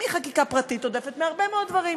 חקיקה פרטית עודפת, הרבה מאוד דברים.